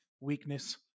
weakness